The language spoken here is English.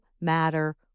matter